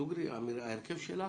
וההרכב שלה